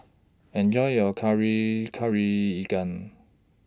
Enjoy your Kari Kari Ikan